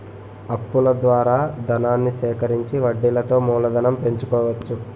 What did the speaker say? అప్పుల ద్వారా ధనాన్ని సేకరించి వడ్డీలతో మూలధనం పెంచుకోవచ్చు